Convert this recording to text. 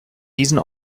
diesen